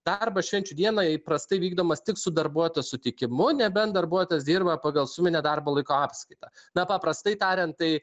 darbas švenčių dieną įprastai vykdomas tik su darbuotojo sutikimu nebent darbuotojas dirba pagal suminę darbo laiko apskaitą na paprastai tariant tai